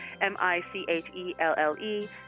M-I-C-H-E-L-L-E